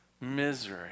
misery